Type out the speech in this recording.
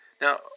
Now